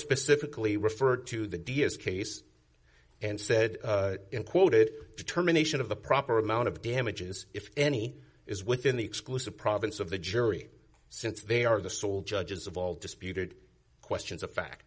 specifically referred to the d s case and said quote it determination of the proper amount of damages if any is within the exclusive province of the jury since they are the sole judges of all disputed questions of fact